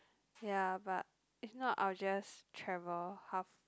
ya but if not I will just travel half